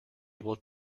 able